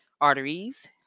arteries